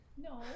No